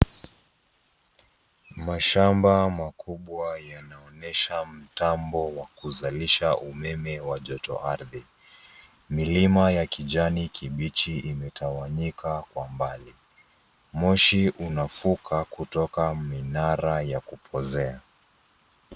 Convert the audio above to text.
Mashamba makubwa yanaonyesha mtambo wa kuzalisha umeme wa jotoardhi. Milima ya kijani kibichi imetawanyika kwa mbali. Moshi unafuka kutoka minara ya kupozea.